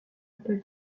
appel